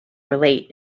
relate